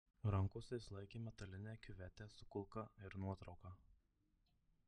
rankose jis laikė metalinę kiuvetę su kulka ir nuotrauką